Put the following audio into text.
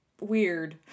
weird